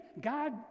God